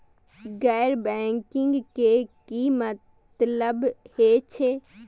गैर बैंकिंग के की मतलब हे छे?